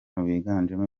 biganjemo